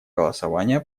голосования